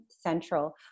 central